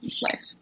life